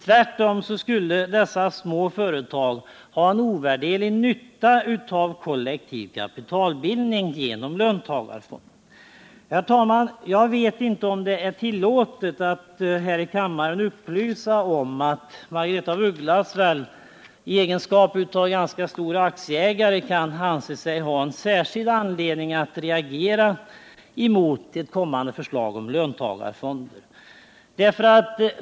Tvärtom skulle dessa små företag ha en ovärderlig nytta av kollektiv kapitalbildning genom löntagarfonder. Herr talman! Jag vet inte om det är tillåtet att här i kammaren upplysa om att Margaretha af Ugglas väl i egenskap av ganska stor aktieägare kan anse sig ha en särskild anledning att reagera mot ett kommande förslag om löntagarfonder.